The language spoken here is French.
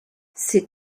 ces